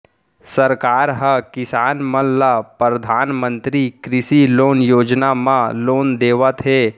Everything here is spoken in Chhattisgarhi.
सरकार ह किसान मन ल परधानमंतरी कृषि लोन योजना म लोन देवत हे